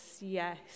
yes